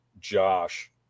Josh